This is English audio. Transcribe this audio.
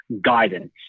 guidance